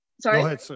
Sorry